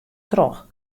troch